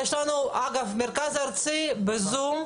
אנשי המרכז הארצי למקומות הקדושים נמצאים בזום,